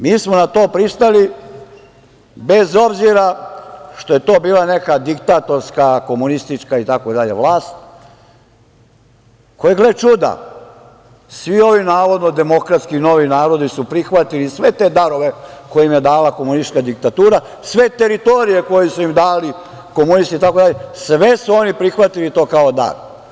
Mi smo na to pristali, bez obzira što je to bila neka diktatorska, komunistička itd. vlast, koja, gle čuda, svi ovi navodno demokratski novi narodi su prihvatili sve te darove koje im je dala komunistička diktatura, sve teritorije koje su im dali komunisti, sve su oni prihvatili to kao dar.